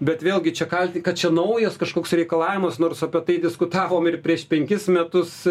bet vėlgi čia kaltint kad čia naujas kažkoks reikalavimas nors apie tai diskutavom ir prieš penkis metus